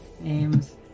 Names